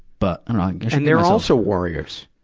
but and and they're also warriors.